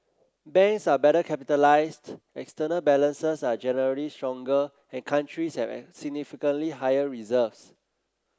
banks are better capitalised external balances are generally stronger and countries have significantly higher reserves